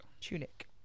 tunic